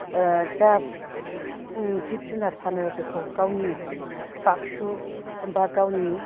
जा जिब जुनार फानो बेखौ गावनि बाक्सु बा गावनि